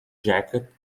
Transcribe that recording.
jacket